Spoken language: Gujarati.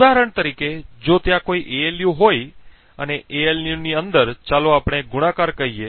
ઉદાહરણ તરીકે જો ત્યાં કોઈ ALU હોય અને ALUની અંદર ચાલો આપણે ગુણાકાર કહીએ